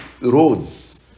roads